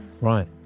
Right